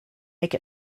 make